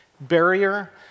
barrier